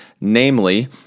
namely